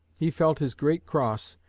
he felt his great cross,